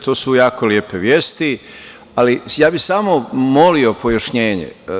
To su jako lepe vesti, ali ja bih samo molio pojašnjenje.